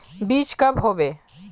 बीज कब होबे?